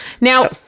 Now